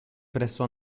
presso